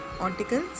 articles